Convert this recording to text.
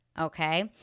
okay